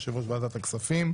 יו"ר ועדת הכספים: